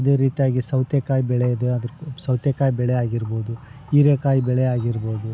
ಅದೇ ರೀತಿಯಾಗಿ ಸೌತೆಕಾಯಿ ಬೆಳೆದು ಅದ್ರ್ದು ಸೌತೆಕಾಯಿ ಬೆಳೆ ಆಗಿರ್ಬೌದು ಹೀರೆಕಾಯಿ ಬೆಳೆ ಆಗಿರ್ಬೌದು